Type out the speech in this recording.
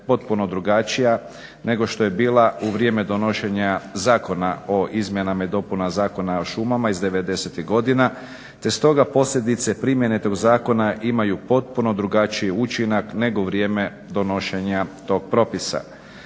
potpuno drugačija nego što je bila u vrijeme donošenja Zakona o izmjenama i dopunama Zakona o šumama iz 90. godina te stoga posljedice primjene tog zakona imaju potpuno drugačiji učinak nego u vrijeme donošenja tog propisa.